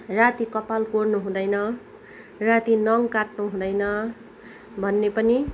राति कपाल कोर्नु हुँदैन राति नङ काट्नु हुँदैन भन्ने पनि